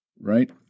right